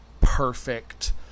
perfect